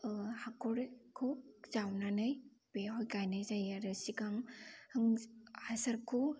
हाखरखौ जावनानै बेयाव गायनाय जायो आरो सिगां आं हासारखौ